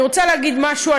אני רוצה להגיד משהו.